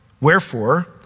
Wherefore